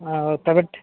ଆଉ ତେବେ